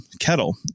kettle